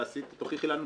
תוכיחי לנו,